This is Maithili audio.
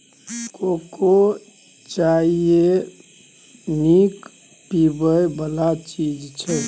कोको चाइए सनक पीबै बला चीज छै